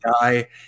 die